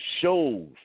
shows